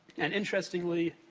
and interestingly,